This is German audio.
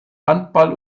handball